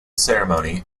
ceremony